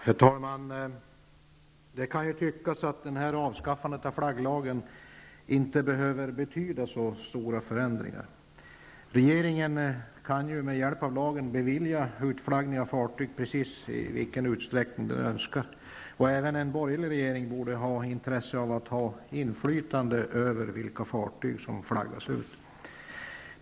Herr talman! Det kan tyckas att avskaffandet av den s.k. flagglagen inte behöver betyda så stora förändringar. Regeringen kan med hjälp av lagen bevilja utflaggning av fartyg i precis vilken utsträckning den önskar. Även en borgerlig regering borde kunna ha intresse av att ha inflytande över vilka fartyg som flaggas ut.